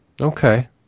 okay